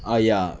ah ya